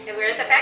and we're the